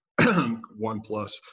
OnePlus